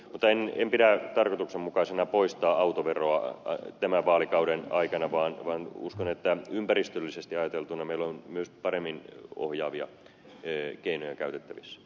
mutta en pidä tarkoituksenmukaisena poistaa autoveroa tämän vaalikauden aikana vaan uskon että ympäristöllisesti ajateltuna meillä on myös paremmin ohjaavia keinoja käytettävissä